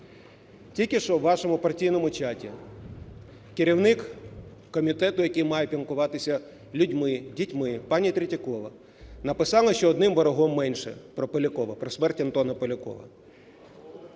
Тільки що у вашому партійному чаті керівник комітету, який має піклуватися людьми, дітьми, пані Третьякова написала, що одним ворогом менше (про Полякова, про смерть Антона Полякова).